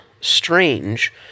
strange